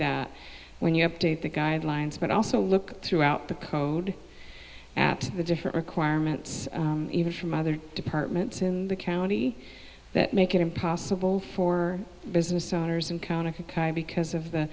that when you update the guidelines but also look throughout the code at the different requirements even from other departments in the county that make it impossible for business owners encounter because of the